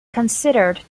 considered